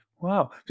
Wow